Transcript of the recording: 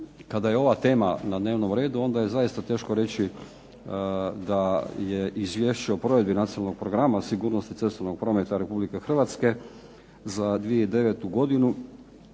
kada je ova tema na dnevnom redu, onda je zaista teško reći da je Izvješće o provedbi Nacionalnog programa sigurnosti cestovnog prometa Republike Hrvatske za 2009. godinu